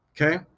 Okay